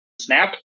snap